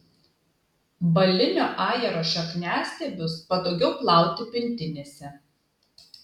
balinio ajero šakniastiebius patogiau plauti pintinėse